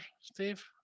Steve